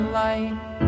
light